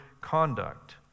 conduct